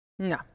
No